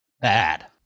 bad